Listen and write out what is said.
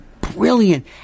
brilliant